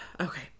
Okay